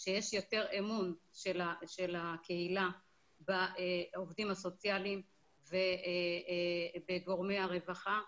שיש יותר אמון של הקהילה בעובדים הסוציאליים ובגורמי הרווחה,